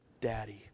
Daddy